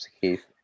Keith